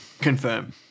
Confirm